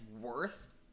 worth